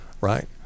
right